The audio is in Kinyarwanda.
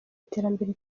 iterambere